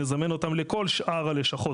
נזמן אותם לכל שאר הלשכות,